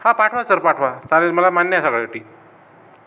हा पाठवा सर पाठवा चालेल मला मान्य आहेत सगळ्या अटी